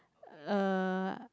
uh